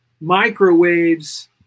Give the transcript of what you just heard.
microwaves